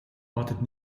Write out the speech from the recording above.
wartet